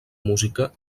música